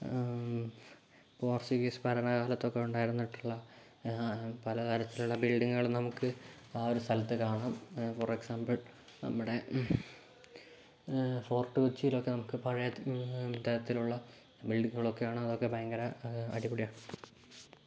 Portuguese ഭരണകാലത്തൊക്കെ ഉണ്ടായിരുന്നിട്ടുള്ള പല തരത്തിലുള്ള ബിൽഡ്ഡിങ്ങുകൾ നമുക്ക് ആ ഒരു സ്ഥലത്ത് കാണാം ഫോർ എക്സാമ്പിൾ നമ്മുടെ ഫോർട്ട് കൊച്ചിയിലൊക്കെ നമുക്ക് പഴയ തരത്തിലുള്ള ബിൽഡ്ഡിങ്ങുകളൊക്കെയാണ് അതൊക്കെ ഭയങ്കര അടിപൊളിയാണ്